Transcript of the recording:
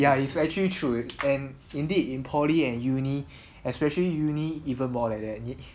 ya it's actually true and indeed in poly and uni especially uni even more than that